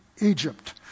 Egypt